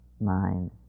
mind